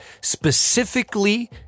specifically